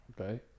Okay